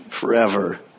forever